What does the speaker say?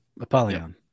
Apollyon